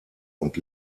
und